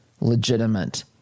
legitimate